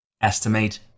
estimate